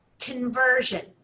conversion